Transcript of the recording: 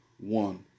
One